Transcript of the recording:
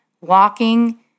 walking